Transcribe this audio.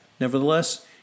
Nevertheless